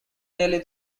nearly